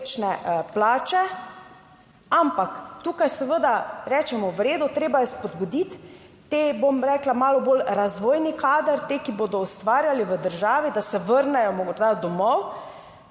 povprečne plače, ampak tukaj seveda rečemo, v redu, treba je spodbuditi te, bom rekla, malo bolj razvojni kader, te, ki bodo ustvarjali v državi, da se vrnejo morda domov.